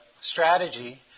strategy